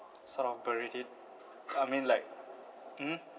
sort of buried it I mean like mm